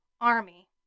army